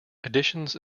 additions